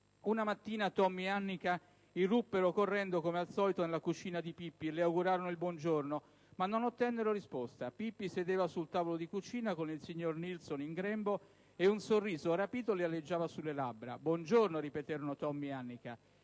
«Una mattina Tommy ed Annika irruppero correndo, come al solito, nella cucina di Pippi e le augurarono il buongiorno, ma non ottennero risposta: Pippi sedeva sul tavolo di cucina con il signor Nilsson in grembo, e un sorriso rapito le aleggiava sulle labbra. "Buongiorno!", ripeterono Tommy ed Annika.